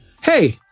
hey